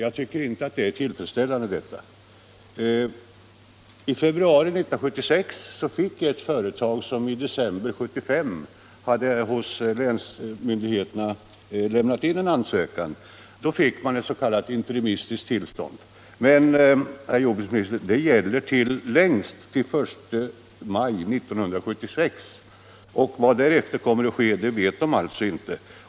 Detta är inte tillfredsställande. I februari 1976 fick ett företag som i december 1975 hos länsmyndigheterna hade lämnat in en ansökan s.k. interimistiskt tillstånd. Men, herr jordbruksminister, detta gäller längst till den I maj 1976, och vad som därefter kommer att ske vet företaget alltså inte.